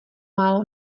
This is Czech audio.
málo